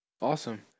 Awesome